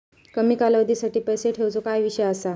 कमी कालावधीसाठी पैसे ठेऊचो काय विषय असा?